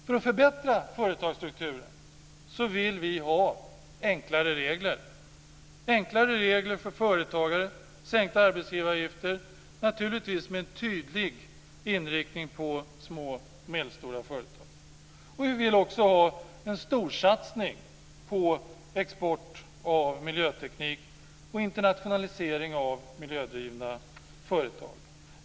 För att förbättra företagsstrukturen vill vi ha enklare regler för företagare och sänkta arbetsgivaravgifter, naturligtvis med en tydlig inriktning på små och medelstora företag. Vi vill också ha en storsatsning på export av miljöteknik och internationalisering av miljödrivna företag.